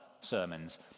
sermons